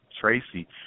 Tracy